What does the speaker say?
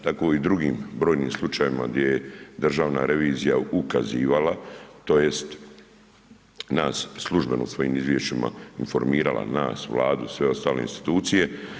Tako i u drugim brojnim slučajevima gdje je državna revizija ukazivala tj. nas službeno u svojim izvješćima informirala, nas, vladu, sve ostale institucije.